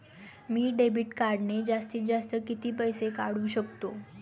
मी debit कार्डने जास्तीत जास्त किती पैसे काढू शकतो?